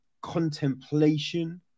contemplation